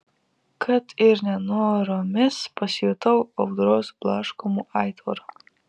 kad ir nenoromis pasijutau audros blaškomu aitvaru